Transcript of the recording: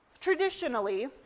Traditionally